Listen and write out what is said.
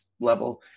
level